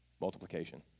Multiplication